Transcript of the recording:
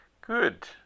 Good